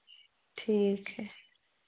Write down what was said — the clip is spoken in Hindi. ठीक है